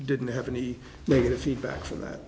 didn't have any negative feedback from that